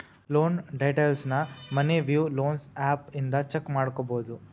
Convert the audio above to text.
loan ಡೇಟೈಲ್ಸ್ನ Money View loans app ಇಂದ check ಮಾಡ್ಕೊಬೋದು